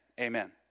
Amen